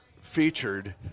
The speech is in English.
featured